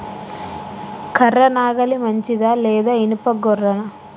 కర్ర నాగలి మంచిదా లేదా? ఇనుప గొర్ర?